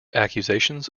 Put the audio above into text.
accusations